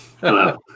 Hello